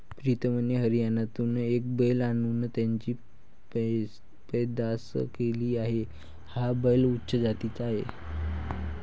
प्रीतमने हरियाणातून एक बैल आणून त्याची पैदास केली आहे, हा बैल उच्च जातीचा आहे